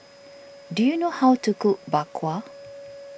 do you know how to cook Bak Kwa